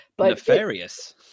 Nefarious